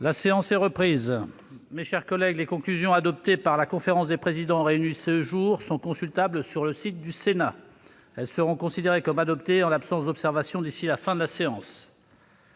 La séance est reprise. Les conclusions adoptées par la conférence des présidents réunie ce jour sont consultables sur le site du Sénat. Elles seront considérées comme adoptées en l'absence d'observations d'ici à la fin de la séance.-